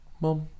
Mom